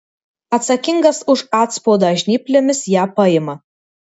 atsakingas už atspaudą žnyplėmis ją paima